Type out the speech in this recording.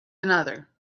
another